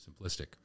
simplistic